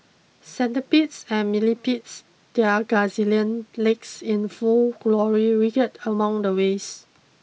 centipedes and millipedes their gazillion legs in full glory among the waste